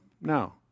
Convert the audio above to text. No